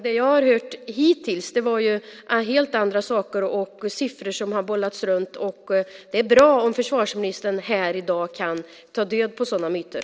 Det jag har hört hittills är helt andra saker, och siffror har bollats runt. Det är bra om försvarsministern här i dag kan ta död på sådana myter.